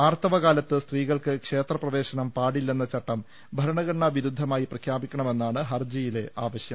ആർത്തവകാലത്ത് സ്ത്രീകൾക്ക് ക്ഷേത്രപ്രവേശനം പാടില്ലെന്ന ചട്ടം ഭരണഘടനാ വിരുദ്ധമായി പ്രഖ്യാപിക്കണമെന്നാണ് ഹർജിയിലെ ആവശ്യം